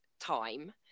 time